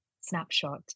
snapshot